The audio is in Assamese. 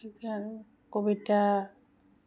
কবিতা